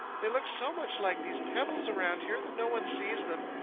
they look so much like these pebbles around here that no one sees them.